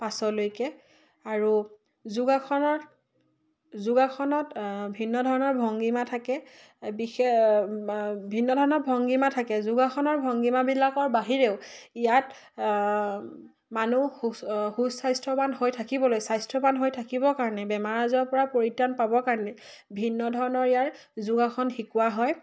পাছলৈকে আৰু যোগাসনত যোগাসনত ভিন্ন ধৰণৰ ভংগীমা থাকে বিশেষ ভিন্ন ধৰণৰ ভংগীমা থাকে যোগাসনৰ ভংগীমাবিলাকৰ বাহিৰেও ইয়াত মানুহ সু সুস্বাস্থ্যৱান হৈ থাকিবলৈ স্বাস্থ্যৱান হৈ থাকিবৰ কাৰণে বেমাৰ আজাৰৰ পৰা পৰিত্ৰাণ পাবৰ কাৰণে ভিন্ন ধৰণৰ ইয়াৰ যোগাসন শিকোৱা হয়